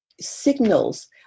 signals